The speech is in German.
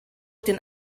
den